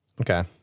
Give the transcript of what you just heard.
Okay